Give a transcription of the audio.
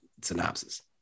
synopsis